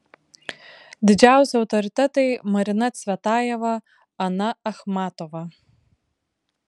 didžiausi autoritetai marina cvetajeva ana achmatova